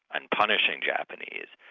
and punishing japanese.